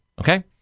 okay